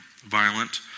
violent